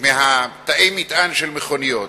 מתאי המטען של מכוניות.